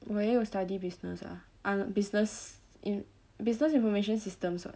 我也有 study business ah ah business in~ business information systems [what]